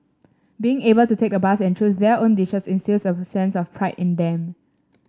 being able to take the bus and choose their own dishes instils a sense of pride in them